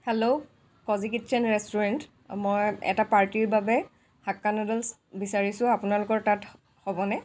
hello cozy kitchen restaurant মই এটা পাৰ্টিৰ বাবে হাক্কা নুডলছ বিছাৰিছোঁ আপোনালোকৰ তাত হ'বনে